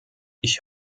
ich